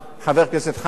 חבר הכנסת חיים כץ,